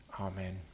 Amen